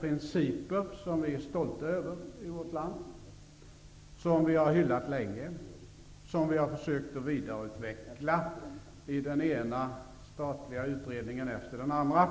principer som vi är stolta över i vårt land, som vi har hyllat länge och som vi har försökt vidareutveckla i den ena statliga utredningen efter den andra.